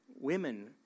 women